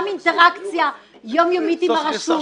גם אינטראקציה יומיומית עם הרשות.